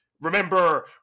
remember